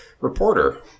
reporter